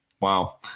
wow